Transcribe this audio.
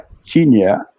senior